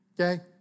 Okay